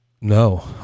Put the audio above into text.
No